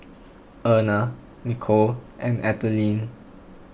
Erna Nicolle and Ethelene